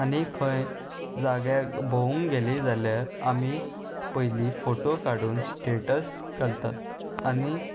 आनी खंय जाग्यार भोवंक गेली जाल्यार आमी पयली फोटो काडून स्टेटस घालतात आनी